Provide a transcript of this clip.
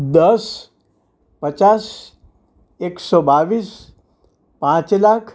દસ પચાસ એકસો બાવીસ પાંચ લાખ